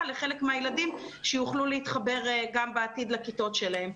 לחלק מהילדים שיוכלו להתחבר גם בעתיד לכיתות שלהם.